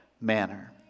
manner